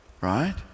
Right